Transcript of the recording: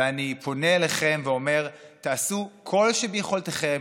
ואני פונה אליכם ואומר: תעשו כל שביכולתכם